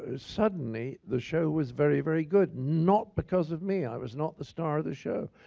ah suddenly the show was very, very good, not because of me. i was not the star of the show.